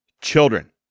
children